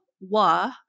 wa